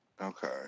Okay